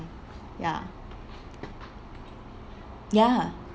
ya ya